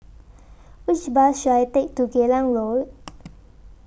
Which Bus should I Take to Geylang Road